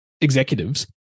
executives